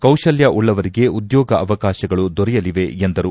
ಕೌಶಲ್ಕ ಉಳ್ಳವರಿಗೆ ಉದ್ಯೋಗ ಅವಕಾಶಗಳು ದೊರೆಯಲಿವೆ ಎಂದರು